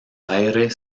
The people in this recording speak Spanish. argentina